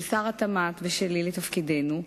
של שר התמ"ת ושלי, לתפקידינו,